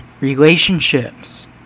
relationships